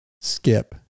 skip